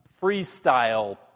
freestyle